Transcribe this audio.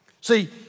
See